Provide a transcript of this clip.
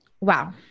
Wow